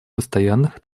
постоянных